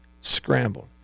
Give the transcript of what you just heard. scrambled